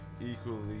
equally